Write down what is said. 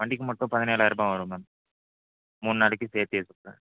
வண்டிக்கு மட்டும் பதினேழாயிர ரூபாய் வரும் மேம் மூணு நாளைக்கு சேர்த்தே சொல்கிறேன்